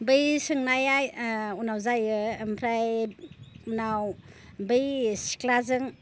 बै सोंनाया उनाव जायो ओमफ्राय उनाव बै सिख्लाजों